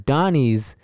Donnie's